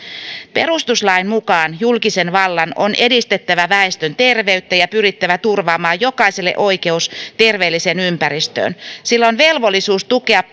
perustuslain mukaan julkisen vallan on edistettävä väestön terveyttä ja pyrittävä turvaamaan jokaiselle oikeus terveelliseen ympäristöön sillä on velvollisuus tukea